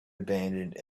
abandoned